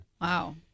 Wow